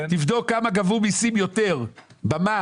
תבדוק כמה גבו מיסים יותר במע"מ,